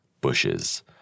bushes